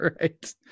right